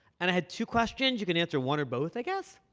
and i had two questions. you can answer one or both, i guess.